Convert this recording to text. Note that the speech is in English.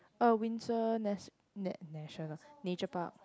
uh Windsor nas~ nat~ national nature park